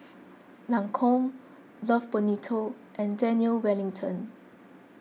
Lancome Love Bonito and Daniel Wellington